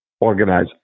organize